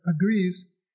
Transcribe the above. agrees